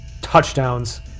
touchdowns